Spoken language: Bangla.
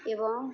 এবং